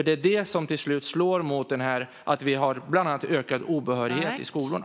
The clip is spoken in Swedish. Det är det som till slut gör att vi bland annat har ökad obehörighet i skolorna.